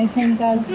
him,